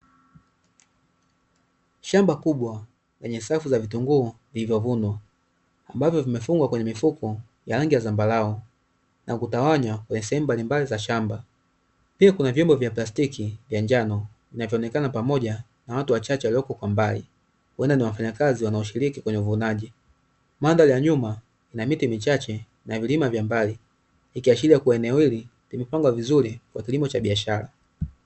Shamba kubwa lenye safu za vitunguu vilivyovunwa, ambavyo vimefungwa kwenye mifuko ya rangi ya zambarau na kutawanywa kwenye sehemu mbalimbali za shamba. Pia kuna vyombo vya plastiki vya njano vinavyoonekana pamoja na watu wachache waliopo kwa mbali, huenda ni wafanyakazi wanaoshiriki kwenye uvunaji. Mandhari ya nyuma ina miti michache na vilima vya mbali, ikiashiria kuwa eneo hili limepangwa vizuri kwa kilimo cha biashara.